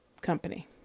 company